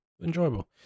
enjoyable